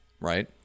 right